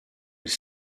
elle